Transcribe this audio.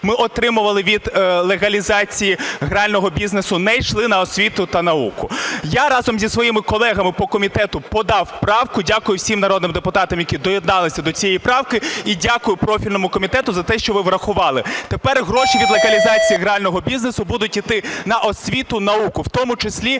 ми отримували від легалізації грального бізнесу, не йшли на освіту та науку. Я разом зі своїми колегами по комітету подав правку. Дякую всім народним депутатам, які доєдналися до цієї правки, і дякую профільному комітету за те, що ви врахували. Тепер гроші від легалізації грального бізнесу будуть іти на освіту, науку, в тому числі